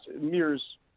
Mirrors